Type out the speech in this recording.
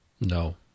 No